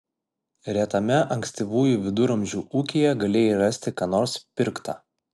retame ankstyvųjų viduramžių ūkyje galėjai rasti ką nors pirkta